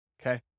okay